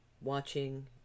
watching